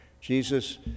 Jesus